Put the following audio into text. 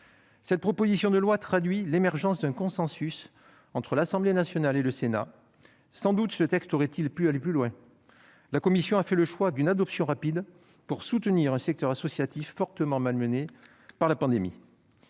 La proposition de loi traduit l'émergence d'un consensus entre l'Assemblée nationale et le Sénat. Sans doute ce texte aurait-il pu aller plus loin. La commission a fait le choix d'une adoption rapide pour soutenir un secteur associatif fortement malmené par la pandémie.